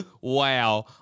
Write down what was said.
Wow